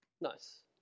Nice